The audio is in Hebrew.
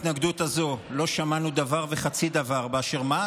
גם בהתנגדות הזו לא שמענו דבר וחצי דבר באשר למה